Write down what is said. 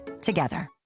together